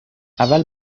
اول